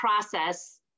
process